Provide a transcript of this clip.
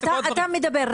אתה מדבר,